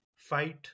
fight